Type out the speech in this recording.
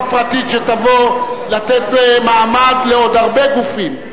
פרטית שתבוא לתת מעמד לעוד הרבה גופים.